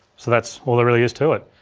so that's all there really is to it.